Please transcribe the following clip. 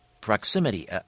proximity